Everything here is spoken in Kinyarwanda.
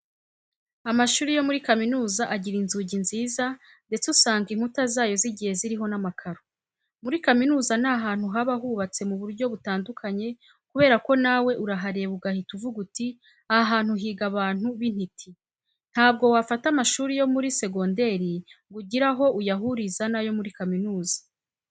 Amashuri yo muri kaminuza agira inzugi nziza ndetse usanga inkuta zayo zigiye ziriho n'amakaro. Muri kaminuza ni ahantu haba hubatse mu buryo butandukanye kubera ko nawe urahareba ugahita uvuga uti aha hantu higa abantu b'intiti. Ntabwo wafata amashuri yo muri segonderi ngo ugire aho uyahuriza n'ayo muri kaminuza.